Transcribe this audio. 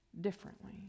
differently